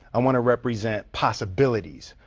i wanna represent possibilities.